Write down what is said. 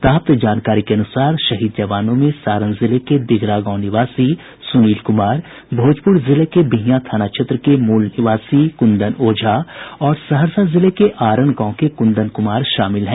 प्राप्त जानकारी के अनुसार शहीद जवानों में सारण जिले के दिघरा गांव निवासी सुनील कुमार भोजपुर जिले के बिहियां थाना क्षेत्र के निवासी कुंदन ओझा और सहरसा जिले के आरण गांव के कुंदन कुमार शामिल हैं